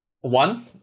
one